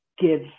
give